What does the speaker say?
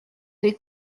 des